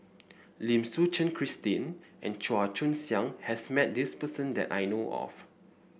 Lim Suchen Christine and Chua Joon Siang has met this person that I know of